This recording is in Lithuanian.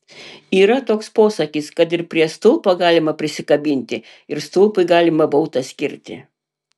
yra toks posakis kad ir prie stulpo galima prisikabinti ir stulpui galima baudą skirti